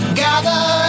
gather